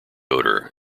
odor